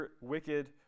wicked